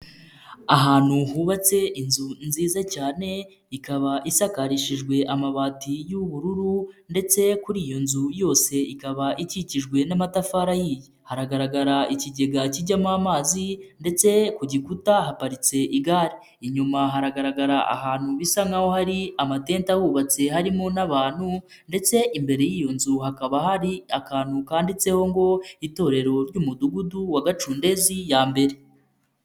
Ahantu hubatse inzu nziza cyane. Ikaba isakarishijwe amabati y'ubururu ndetse kuri iyo nzu yose ikaba ikikijwe n'amatafari ahiye. Hagaragara ikigega kijyamo amazi ndetse ku gikuta haparitse igare. Inyuma haragaragara ahantu bisa nk'aho hari amatente ahubatse. Harimo n'abantu ndetse imbere y'iyo nzu hakaba hari akantu kanditseho ngo itorero ry'Umudugudu wa Gacudezi ya mbere.